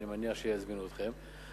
או אני מניח שיזמינו אתכם.